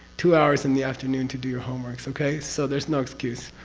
two hours in the afternoon to do your homeworks okay? so there's no excuse.